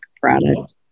product